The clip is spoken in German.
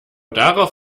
darauf